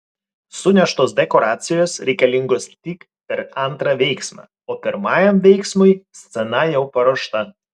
suneštos dekoracijos reikalingos tik per antrą veiksmą o pirmajam veiksmui scena jau paruošta